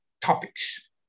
topics